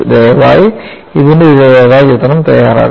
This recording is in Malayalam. ദയവായി ഇതിന്റെ ഒരു രേഖാചിത്രം തയ്യാറാക്കുക